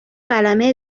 قلمه